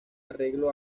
arreglo